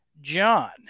John